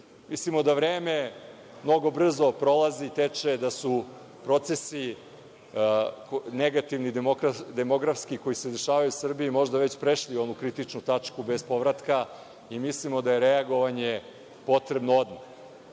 Srbije? Mislimo da vreme mnogo brzo prolazi i teče, da su procesi negativnih demografski koji se dešavaju u Srbiji možda već prešli onu kritičnu tačku bez povratka i mislimo da je reagovanje potrebno odmah